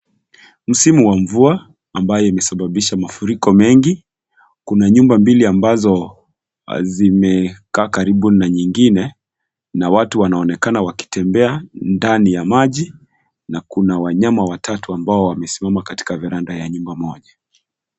Msimu wa mvua ambayo imesababisha mafuriko mengi kuna nyumba mbili ambazo zimekaa karibu na nyingine na watu wanaonekana kutembea ndani ya maji na kuna wanyama watatu ambao wamesimama katika valanda ya nyumba moja.